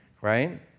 right